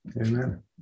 Amen